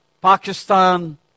Pakistan